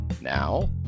Now